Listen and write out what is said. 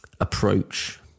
approach